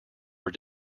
were